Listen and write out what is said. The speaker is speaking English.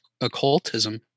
occultism